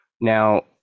Now